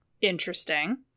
interesting